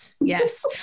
Yes